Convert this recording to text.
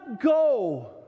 go